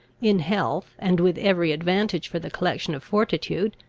in health, and with every advantage for the collection of fortitude,